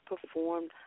performed